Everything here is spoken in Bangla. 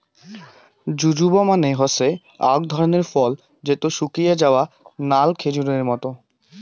জুজুবা মানে হসে আক ধরণের ফল যেটো শুকিয়ে যায়া নাল খেজুরের মত